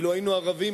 אילו היינו ערבים,